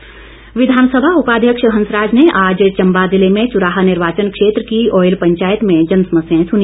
हंसराज विधानसभा उपाध्यक्ष हंसराज ने आज चम्बा जिले में चुराह निर्वाचन क्षेत्र की ऑयल पंचायत में जनसमस्याए सुनी